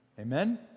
Amen